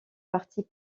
partis